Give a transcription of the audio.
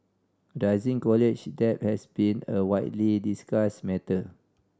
rising college debt has been a widely discussed matter